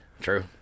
True